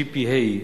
GPA,